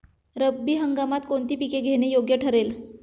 रब्बी हंगामात कोणती पिके घेणे योग्य ठरेल?